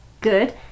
good